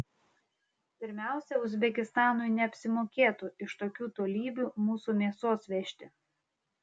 pirmiausia uzbekistanui neapsimokėtų iš tokių tolybių mūsų mėsos vežti